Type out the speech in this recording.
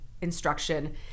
instruction